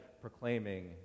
proclaiming